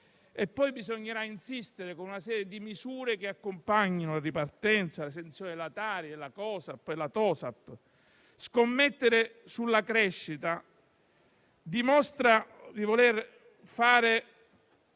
ferma. Bisognerà, poi, insistere con una serie di misure che accompagnino la ripartenza: l'esenzione da Tari, COSAP, TOSAP. Scommettere sulla crescita: dimostra di voler fare